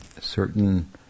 certain